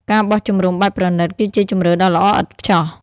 ការបោះជំរំបែបប្រណីត គឺជាជម្រើសដ៏ល្អឥតខ្ចោះ។